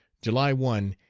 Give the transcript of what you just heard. july one,